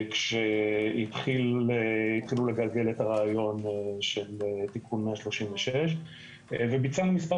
כשהתחילו לגלגל את הרעיון של תיקון 136 וביצענו מספר